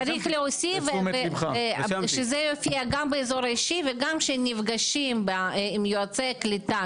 צריך להוסיף שזה יופיע גם באזור האישי וגם כשנפגשים עם יועצי קליטה,